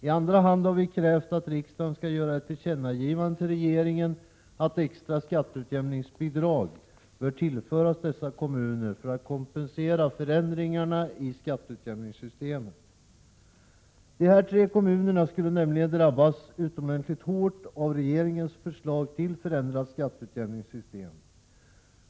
I andra hand har vi krävt att riksdagen skall göra ett tillkännagivande till regeringen, att extra skatteutjämningsbidrag bör tillföras dessa kommuner för att kompensera förändringarna i skatteutjämningssystemet. Dessa tre kommuner skulle nämligen drabbas utomordentligt hårt av regeringens förslag till förändrat skatteutjämningssystem.